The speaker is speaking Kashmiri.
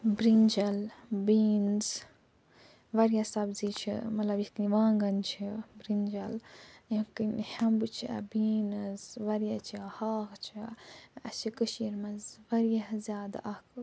بِرنٛجل بیٖنٕز وارِیاہ سبزی چھِ مطلب یِتھ کٔنۍ وانٛگن چھِ بِرنٛجل یِکھ کٔنۍ ہٮ۪مبہٕ چھِ بیٖنٕز وارِیاہ چھِ ہا چھِ اَسہِ چھِ کٔشیٖرِ منٛز وارِیاہ زیادٕ اکھ